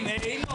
מה עושים?